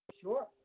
Sure